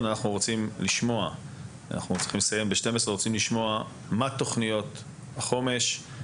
אנחנו רוצים לשמוע מציון מהן תוכניות החומש?